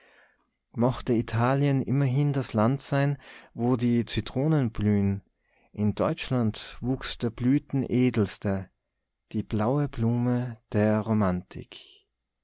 mochte italien immerhin das land sein wo die zitronen blühen in deutschland wuchs der blüten edelste die blaue blume der romantik